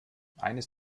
eines